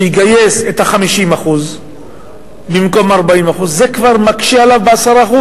שיגייס 50% במקום 40%, זה כבר מקשה עליו ב-10%.